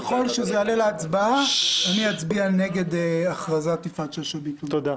-- ככל שזה יעלה להצבעה אני אצביע נגד הכרזת יפעת שאשא ביטון כפורשת.